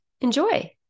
enjoy